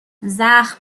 زخم